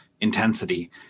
intensity